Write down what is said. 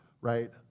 right